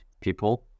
people